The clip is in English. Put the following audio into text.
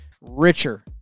richer